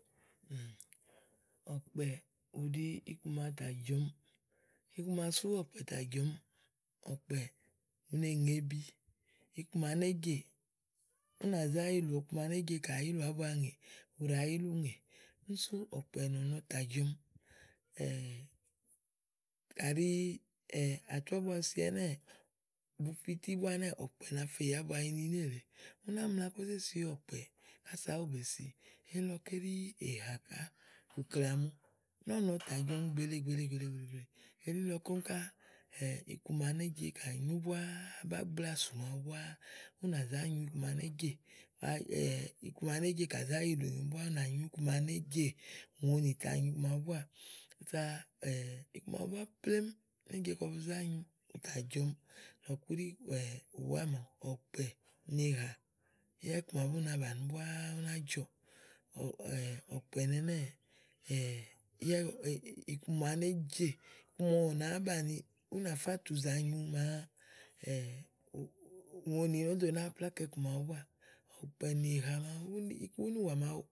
ɔ̀kpɛ ù ɖi iku màa tà jɔ̀ɔmiì, iku ma sú ɔ̀kpɛ̀ tà jɔ̀ɔmi, ɔ̀kpɛ̀, u ne ŋè ebi, iku màa né jè ú nà zá yilù ɔku màa né jè kàzá yilù ábua ŋè, ù ɖa yílùŋè. Úni sú ɔ̀kpɛ̀ nɔ̀nɔ tà jɔ̀ɔmi kàɖi à tu ábua si ɛnɛ́ɛ̀, bù fi ítì búá ɛnɛ́ɛ̀, ɔ̀kpɛ̀bne fe yì ábua yi ni nélèe. ú ná mla kó zé si ɔ̀kpɛ̀ɛ̀, kása ówó bèe si elílɔké ɖí èhà ká ìklàmu nɔ́ɔ̀nɔ tà jɔ̀ɔmi gbèele gbèele gbèeleè elílɔké úni ká iku ma né je kà nyú búáa, bágblasù màawu búá ú nà zá nyu màa né jè ma yi ɔku màa né jè kà zá yilù nyu búá ú nà zá nyu iku ma né jè ùŋonì tà nyu iku màaɖu búáà záá iku màaɖu iku màaɖu búá plémú né je kɔ bu zá nyuù, ù tà jɔ̀ɔmi. Lɔ̀ku ɖí ùwá màaɖu ɔ̀kpɛ̀, èhà, yá iku màa bù na bàni búáá, ú ná jɔ̀ɔ̀ ɔ̀kpɛ̀ nɛnɛ́ɛ̀ yá iku ma né jè màa ɔ̀wɔ̀ nàáá banìi, ú nà fá tùu zàa nyu màa ùŋonì nó do nàáa pláka iku màawu búáà. ɔ̀kpɛ̀ nì èhà màaɖu búni iku ínìwà màaɖu,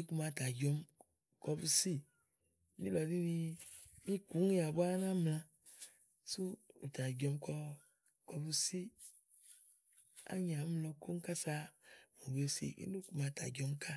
íku ma tà jɔɔmi kɔbu síì. Níìlɔ ɖì ni míìkúŋèà búá ná mlaà, sú ùtà jɔ̀ɔmi kɔ bu síì, ányi àámi lɔ kóŋ kása bèe si, úni ɖí iku màa tà jɔ̀ɔmi káà.